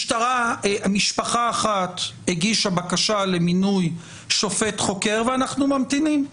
משפחה אחת הגישה בקשה למינוי שופט חוקר ואנחנו ממתינים,